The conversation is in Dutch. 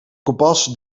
kompas